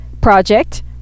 project